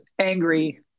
angry